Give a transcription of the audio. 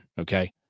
okay